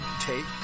take